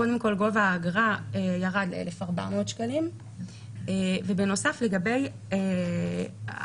קודם כל גובה האגרה ירד ל-1,400 שקלים ובנוסף לגבי ההקלות